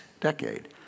decade